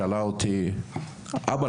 שאלה אותי: ״אבא,